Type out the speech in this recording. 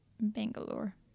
Bangalore